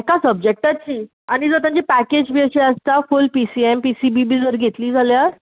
एका सबजक्टाची आनी जर तर तांची पेकेज बी अशी आसता full P C M P C B बी जर घेतली जाल्यार